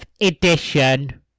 edition